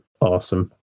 awesome